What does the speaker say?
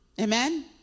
Amen